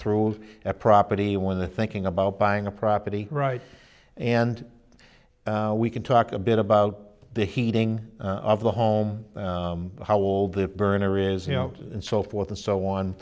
through a property when the thinking about buying a property right and we can talk a bit about the heating of the home how old the burner is you know and so forth and so on